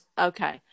Okay